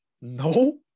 No